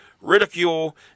ridicule